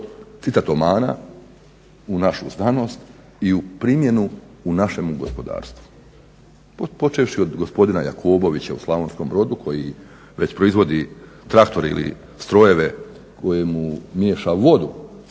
citatomana u našu znanost i u primjenu u našemu gospodarstvu. Počevši od gospodina Jakobovića u Slavonskom Brodu koji već proizvodi traktore ili strojeve koji miješaju vodu